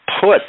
put